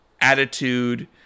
attitude